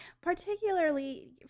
particularly